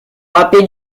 râpé